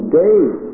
days